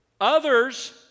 Others